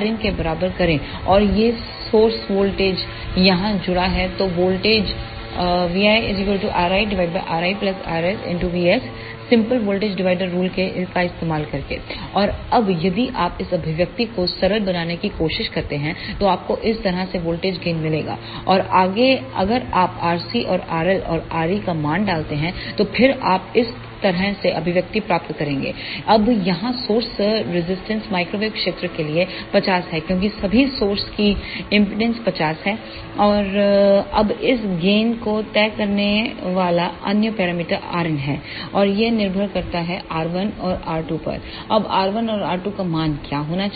Rin के बराबर करें और यह सोस वोल्टेज यहां जुड़ा है तो वोल्टेजसिंपल वोल्टेज डिवाइडर रूल का इस्तेमाल करके और अब यदि आप इस अभिव्यक्ति को सरल बनाने की कोशिश करते हैं तो आपको इस तरह से वोल्टेज गेन मिलेगा और आगे अगर आप RC और RL और re का मान डालते हैं तो फिर से आप इस तरह से अभिव्यक्ति प्राप्त करें गे अब यहां सोर्स रजिस्टेंस माइक्रोवेव क्षेत्र के लिए 50 है क्योंकि सभी सोर्स की एमपीडांस 50Ω हैअब इस गेन को तय करने वाला अन्य पैरामीटर Rin है और यह निर्भर करता हैR1 और R2 पर अब R1 और R2 का मान क्या होना चाहिए